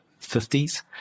50s